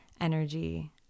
energy